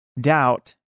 doubt